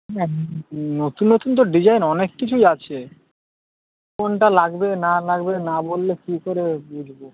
নতুন নতুন তো ডিজাইন অনেক কিছুই আছে কোনটা লাগবে না লাগবে না বললে কী করে বুঝব